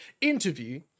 interview